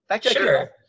Sure